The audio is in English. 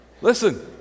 Listen